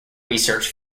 research